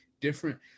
different